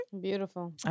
Beautiful